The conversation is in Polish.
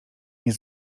nie